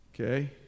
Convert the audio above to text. Okay